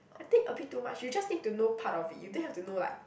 I think a bit too much you just need to know part of it you don't have to know like